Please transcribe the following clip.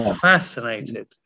fascinated